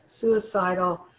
suicidal